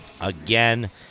Again